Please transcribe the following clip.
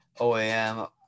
OAM